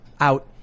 out